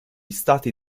stati